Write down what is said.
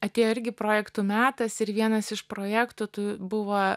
atėjo irgi projektų metas ir vienas iš projektų tų buvo